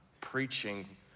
preaching